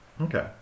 okay